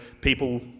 people